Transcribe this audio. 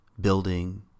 building